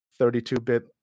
32-bit